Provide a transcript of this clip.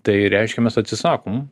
tai reiškia mes atsisakom